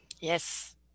Yes